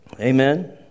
Amen